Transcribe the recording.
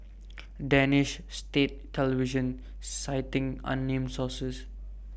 danish state television citing unnamed sources